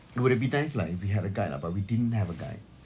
would have been nice lah if we had a guide ah but we didn't have a guide